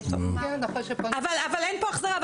אבל אין פה החזרה.